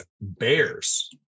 bears